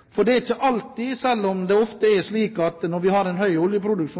er i gang med. Selv om det ofte er slik at når vi har en høy oljepris,